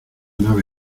nave